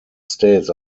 states